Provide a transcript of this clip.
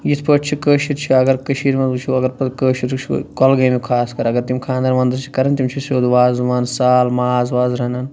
یِتھ پٲٹھۍ چھِ کٲشِر چھِ اگَر کٔشیٖرِ مَنٛز وُچھو اَگر پَتہٕ کٲشُر وُچھو کۄلگامیٛک خاص کر اَگر تِم خانٛدَر وانٛدَر چھِ کَران تِم چھِ سیوٚد وازٕوان سال ماز واز رَنان